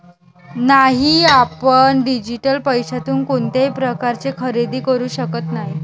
नाही, आपण डिजिटल पैशातून कोणत्याही प्रकारचे खरेदी करू शकत नाही